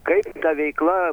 kaip ta veikla